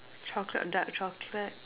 chocolate dark chocolate